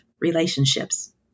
relationships